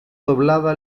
doblada